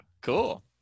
Cool